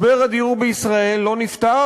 משבר הדיור בישראל לא נפתר,